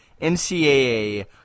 NCAA